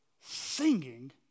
singing